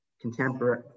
contemporary